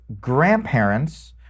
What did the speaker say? grandparents